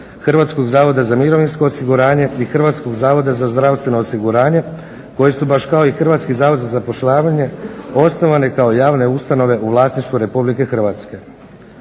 Hrvatskog zavoda za mirovinskog osiguranje i Hrvatskog zavoda za zdravstveno osiguranje koji su baš kao i Hrvatski zavod za zapošljavanje osnovani kao javne ustanove u vlasništvu RH.